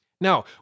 Now